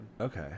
Okay